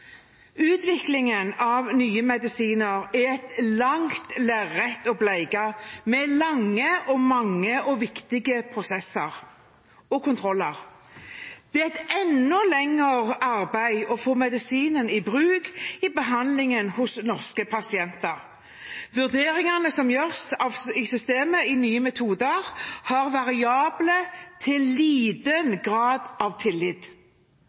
Utviklingen av nye medisiner er et langt lerret å bleke, med lange og mange viktige prosesser og kontroller. Det er et enda lengre arbeid å få tatt medisinen i bruk i behandlingen av norske pasienter. Vurderingene som gjøres i systemet Nye metoder, har variabel til liten grad av tillit.